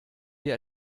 dir